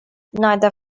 neither